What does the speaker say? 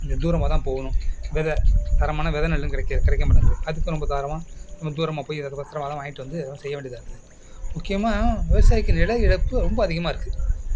கொஞ்சம் தூரமாக தான் போகணும் வெதை தரமான வெதை நெல்லும் கிடைக்க கிடைக்க மாட்டேங்குது அதுக்கும் ரொம்ப காலமாக நம்ம தூரமாக போய் ஏதாவது பத்திரமா தான் வாங்கிட்டு வந்து இதெல்லாம் செய்ய வேண்டியதாக இருக்குது முக்கியமாக விவசாயிக்கு நில இழப்பு ரொம்ப அதிகமாக இருக்குது